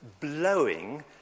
blowing